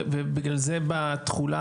ובגלל זה בתכולה,